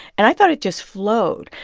and i thought it just flowed.